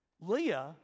Leah